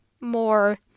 more